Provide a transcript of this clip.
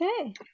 Okay